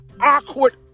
awkward